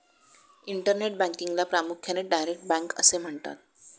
internet बँकिंगला प्रामुख्याने direct bank असे म्हणतात